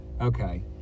Okay